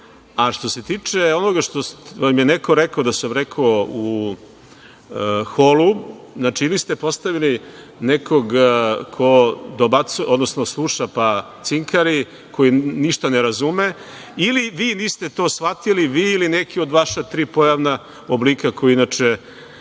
se tiče onoga da vam je neko rekao da sam rekao u holu, znači, vi ste postavili nekog ko sluša, pa cinkari, koji ništa ne razume, ili vi niste to shvatili ili neko od vaša tri pojavna oblika koji inače